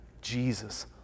Jesus